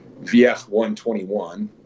VF-121